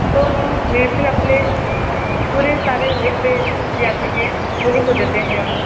तो हम अपने पूरे सारे वहीं से ले आते हैं उन्हीं को देते हैं हम